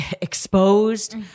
exposed